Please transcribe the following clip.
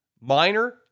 minor